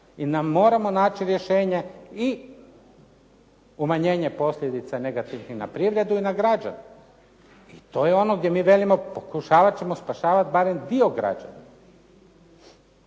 i moramo naći rješenje i umanjenje posljedica negativnih na privredu i na građane. I to je ono gdje mi velimo pokušavat ćemo spašavat barem dio građana.